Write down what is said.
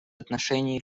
отношении